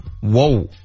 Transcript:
Whoa